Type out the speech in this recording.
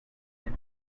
with